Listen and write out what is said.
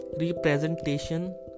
representation